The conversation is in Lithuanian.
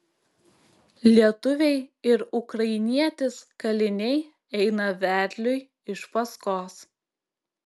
lietuviai ir ukrainietis kaliniai eina vedliui iš paskos